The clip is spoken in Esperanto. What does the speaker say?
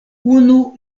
unu